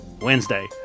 Wednesday